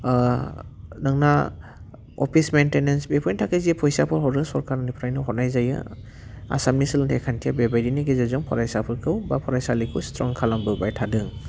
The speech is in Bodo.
नोंना अफिस मेन्टेनेन्स बेफोरनि थाखाय जे फैसाफोर हरो सरकारनिफ्रायनो हरनाय जायो आसामनि सोलोंथाइ खान्थिया बेबायदिनो गेजेरजों फरायसाफोरखौ बा फरायसालिखौ स्ट्रं खालामबोबाय थादों